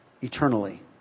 eternally